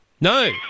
No